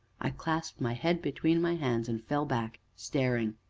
i clasped my head between my hands, and fell back staring.